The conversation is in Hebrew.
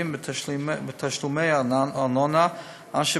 בתשלומי הארנונה על המוסדות הסיעודיים,